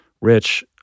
Rich